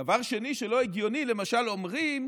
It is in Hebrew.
דבר שני שלא הגיוני, למשל, אומרים